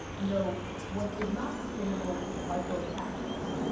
you know what is not sustainable is micro tactics.